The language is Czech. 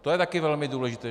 To je taky velmi důležité.